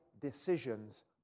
decisions